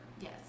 Yes